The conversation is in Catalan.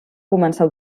començar